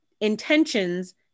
intentions